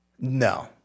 No